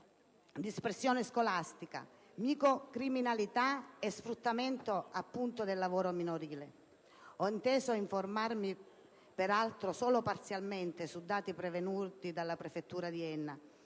dispersione scolastica, di microcriminalità e di sfruttamento del lavoro minorile. Ho inteso informarvi, peraltro solo parzialmente, sui dati pervenuti dalla prefettura di Enna